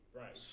right